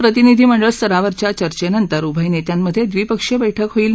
प्रतिनिधिमंडळ स्तरावरच्या चर्चेनंतर उभय नेत्यांमध्ये द्विपक्षीय वैठक होईल